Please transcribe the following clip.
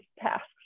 tasks